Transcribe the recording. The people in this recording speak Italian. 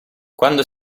quando